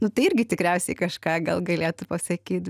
nu tai irgi tikriausiai kažką gal galėtų pasakyt